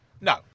No